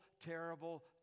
terrible